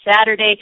Saturday